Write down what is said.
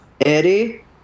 Eddie